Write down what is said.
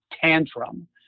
tantrum